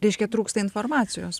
reiškia trūksta informacijos